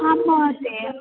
आं महोदय